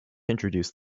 introduced